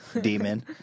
demon